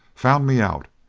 found me out,